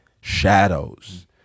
shadows